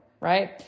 right